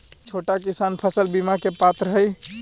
का छोटा किसान फसल बीमा के पात्र हई?